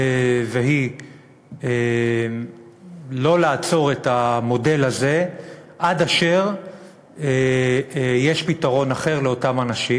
והיא לא לעצור את המודל הזה עד אשר יש פתרון אחר לאותם אנשים.